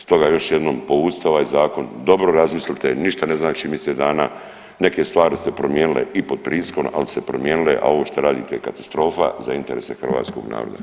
Stoga još jednom, povucite ovaj Zakon, dobro razmislite, ništa ne znači misec dana, neke stvari se promijenile i pod pritiskom, ali se promijenile, a ovo što radite je katastrofa za interese hrvatskog naroda.